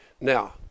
Now